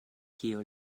kio